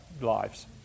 lives